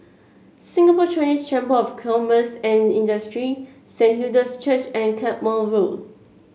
Singapore Chinese Chamber of Commerce and Industry Saint Hilda's Church and Carpmael Road